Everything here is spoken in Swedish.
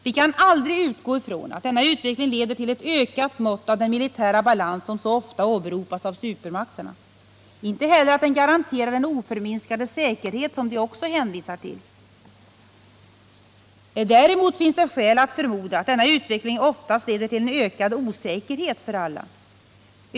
Vi kan aldrig utgå från att denna utveckling leder till ett ökat mått av den militära balans som så ofta åberopas av supermakterna, inte heller att den garanterar den oförminskade säkerhet som de också hänvisar till. Däremot finns det skäl att förmoda att denna utveckling oftast leder till en ökad osäkerhet för alla.